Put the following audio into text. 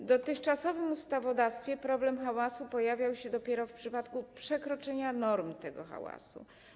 W dotychczasowym ustawodawstwie problem hałasu pojawiał się dopiero w przypadku przekroczenia norm tego hałasu.